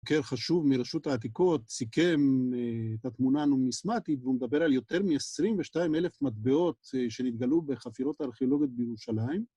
חוקר חשוב מרשות העתיקות סיכם את התמונה מסמטית והוא מדבר על יותר מ-22 אלף מטבעות שנתגלו בחפירות הארכיאולוגית בירושלים.